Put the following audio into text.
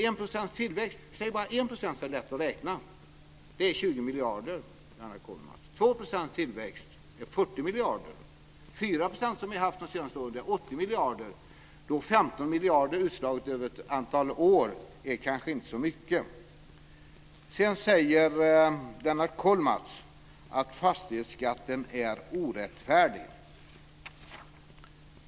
En tillväxt på 1 % innebär 20 miljarder, 2 % tillväxt innebär 40 miljarder, 4 % tillväxt, som vi har haft under de senaste åren, innebär 80 miljarder. Då är 15 miljarder utslaget över ett antal år inte så mycket. Sedan säger Lennart Kollmats att fastighetsskatten är orättfärdig.